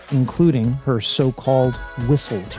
including her so-called whistle